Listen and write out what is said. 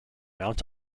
mount